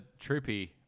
Troopy